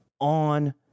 on